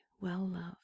well-loved